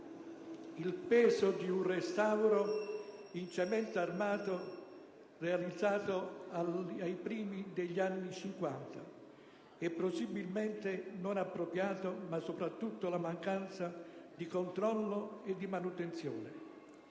il peso di un restauro in cemento armato realizzato all'inizio degli anni '50, e presumibilmente non appropriato, ma soprattutto la mancanza di controllo e di manutenzione.